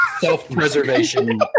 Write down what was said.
self-preservation